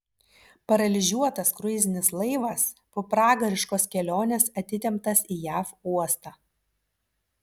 paralyžiuotas kruizinis laivas po pragariškos kelionės atitemptas į jav uostą